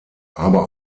aber